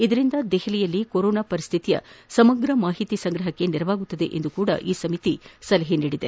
ಇದರಿಂದ ದೆಹಲಿಯಲ್ಲಿ ಕೊರೊನಾ ಪರಿಸ್ಡಿತಿಯ ಸಮಗ್ರ ಮಾಹಿತಿ ಸಂಗ್ರಹಕ್ಕೆ ನೆರವಾಗಲಿದೆ ಎಂದೂ ಸಹ ಈ ಸಮಿತಿ ಸಲಹೆ ನೀಡಿದೆ